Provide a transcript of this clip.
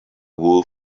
wool